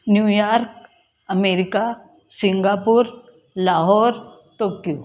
New York America Singapore Lahore Tokyo